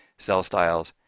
cell styles,